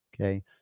Okay